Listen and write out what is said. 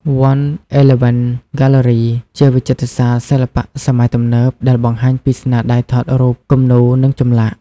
វ័ន អេទ្បេវិន ហ្គាទ្បឺរី ជាវិចិត្រសាលសិល្បៈសម័យទំនើបដែលបង្ហាញពីស្នាដៃថតរូប គំនូរ និងចម្លាក់។